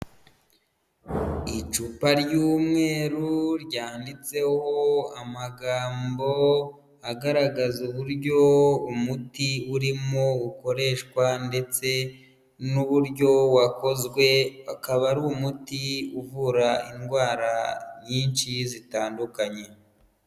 Icupa ry'umweru ryanditseho amagambo agaragaza uburyo umuti urimo ukoreshwa ndetse n'uburyo wakozwe, akaba ari umuti uvura indwara nyinshi zitandukanye.